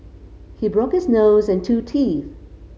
he broke his nose and two teeth